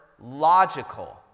logical